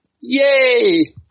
Yay